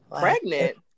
Pregnant